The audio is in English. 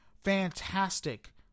Fantastic